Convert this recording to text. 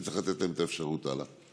וצריך לתת להם את האפשרות הלאה.